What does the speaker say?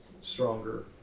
stronger